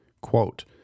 Quote